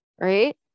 right